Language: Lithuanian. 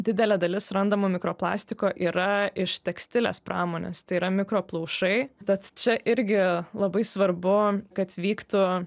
didelė dalis randamo mikroplastiko yra iš tekstilės pramonės tai yra mikroplaušai tad čia irgi labai svarbu kad vyktų